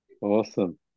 awesome